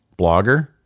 Blogger